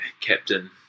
captain